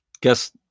guess